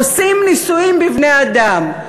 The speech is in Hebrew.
עושים ניסויים בבני-אדם.